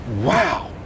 wow